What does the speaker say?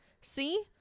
see